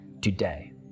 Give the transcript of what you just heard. today